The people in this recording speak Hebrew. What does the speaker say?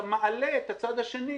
אתה מעלה את הצד השני,